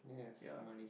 ya